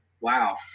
Wow